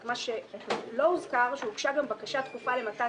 רק לא הוזכר שהוגשה גם בקשה דחופה למתן